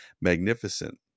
magnificent